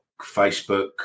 Facebook